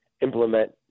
implement